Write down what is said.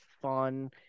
fun